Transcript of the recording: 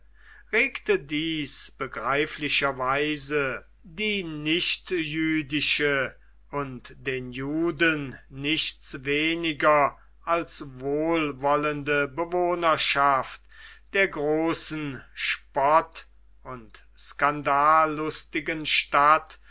regte dies begreiflicherweise die nichtjüdische und den juden nichts weniger als wohlwollende bewohnerschaft der großen spott und skandallustigen stadt